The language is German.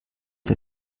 der